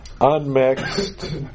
unmixed